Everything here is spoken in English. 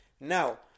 Now